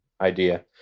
idea